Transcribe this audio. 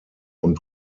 und